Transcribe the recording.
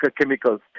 chemicals